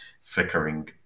flickering